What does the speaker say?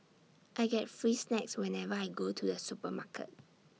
I get free snacks whenever I go to the supermarket